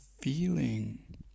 feeling